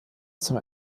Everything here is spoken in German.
zum